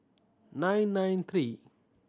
nine nine three